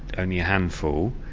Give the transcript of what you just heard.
only a handful.